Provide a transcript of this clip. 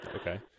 Okay